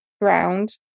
ground